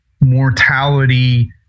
mortality